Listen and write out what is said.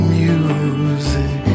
music